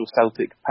Celtic